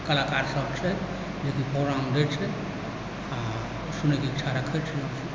कलाकार सब छथि जेकि प्रोग्राम दैत छथि आओर सुनबाक इच्छा रखैत छथि